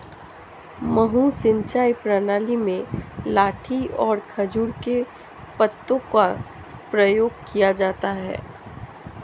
मद्दू सिंचाई प्रणाली में लाठी और खजूर के पत्तों का प्रयोग किया जाता है